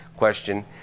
question